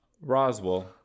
Roswell